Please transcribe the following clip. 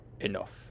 enough